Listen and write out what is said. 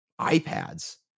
iPads